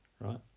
right